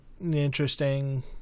interesting